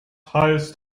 heißt